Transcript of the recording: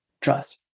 trust